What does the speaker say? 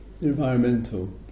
environmental